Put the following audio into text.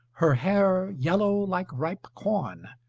her hair yellow like ripe corn,